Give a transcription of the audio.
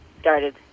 started